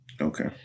okay